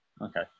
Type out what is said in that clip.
Okay